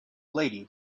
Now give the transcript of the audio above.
lady